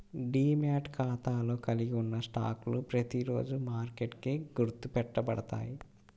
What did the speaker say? demat ఖాతాలో కలిగి ఉన్న స్టాక్లు ప్రతిరోజూ మార్కెట్కి గుర్తు పెట్టబడతాయి